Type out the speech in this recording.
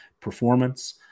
performance